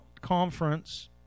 conference